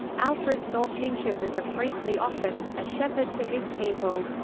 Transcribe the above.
alfred saw kingship as a priestly office, a shepherd for his people.